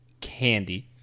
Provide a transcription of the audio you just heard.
Candy